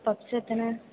puffs எத்தனை